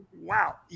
Wow